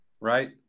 right